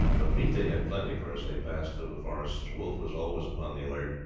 of meat they had plenty, for as they passed through the forests wolf was always upon the alert,